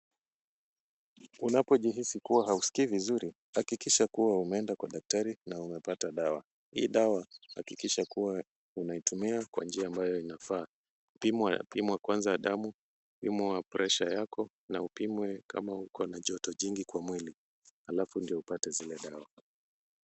Unapojihisi kuwa hausikii vizuri hakikisha kuwa umeenda kwa daktari na umepata dawa. Hii dawa hakikisha kuwa unaitumia kwa njia ambayo inafaa, pimwa kwanza damu, pimwa presha yako na upimwe kama uko na joto jingi kwa mwili halafu ndio upate zile dawa.